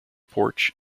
porch